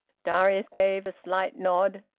darius gave a slight nod.